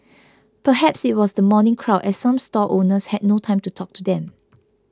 perhaps it was the morning crowd as some stall owners had no time to talk to them